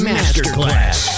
Masterclass